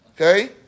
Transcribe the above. Okay